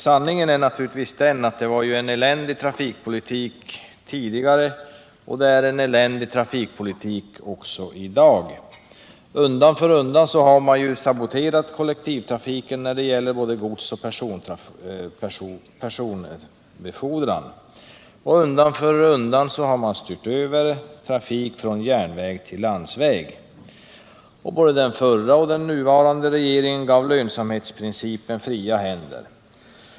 Sanningen är naturligtvis den att trafikpolitiken var eländig tidigare och är det också i dag. Undan för undan har man saboterat kollektivtrafiken när det gäller både godsoch personbefordran. Undan för undan har man styrt över trafiken från järnväg till landsväg. Både den förra och den nuvarande regeringen gav lönsamhetsprincipen fria händer.